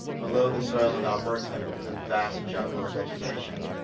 below the soil of alberta is a vast jungle of vegetation,